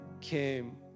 came